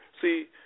See